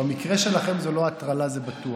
במקרה שלכם זה לא הטרלה, זה בטוח,